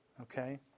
Okay